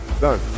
Done